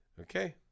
Okay